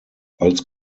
als